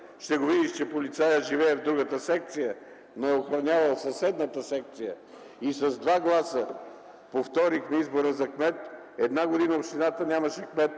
ще се види, че полицаят живее в другата секция, но е охранявал съседната секция. За 2 гласа повторихме избора за кмет. Една година общината нямаше кмет.